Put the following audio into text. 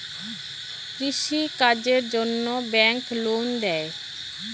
কৃষি কাজের জন্যে ব্যাংক লোন দেয়?